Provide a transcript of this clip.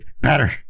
Better